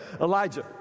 Elijah